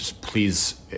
please